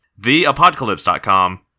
theapocalypse.com